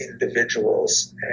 individuals